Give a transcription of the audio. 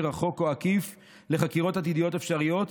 רחוק או עקיף לחקירות עתידיות אפשריות,